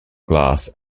glass